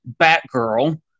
Batgirl